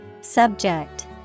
subject